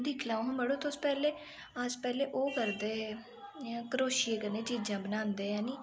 दिक्खी लैओ हा मढ़ो तुस पैह्लें अस पैह्ले ओह् करदे हे इयां करोशिये कन्नै चीजां बनांदे हे हैनी